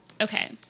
Okay